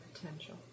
potential